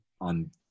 on